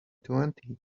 twenty